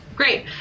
Great